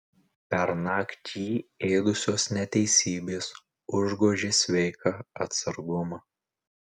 pernakt jį ėdusios neteisybės užgožė sveiką atsargumą